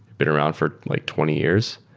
been around for like twenty years.